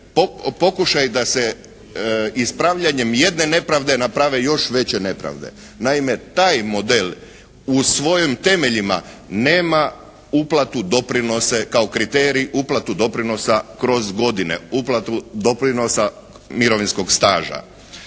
pokušaj da se ispravljanjem jedne nepravde naprave još veće nepravde. Naime taj model u svojim temeljima nema uplatu doprinosa kao kriterij, uplatu doprinosa kroz godine, uplatu doprinosa mirovinskog staža.